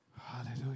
Hallelujah